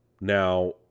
Now